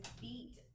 beat